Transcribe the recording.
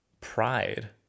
pride